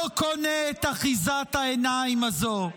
לא קונה את אחיזת העיניים הזו.